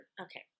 Okay